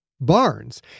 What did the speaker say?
Barnes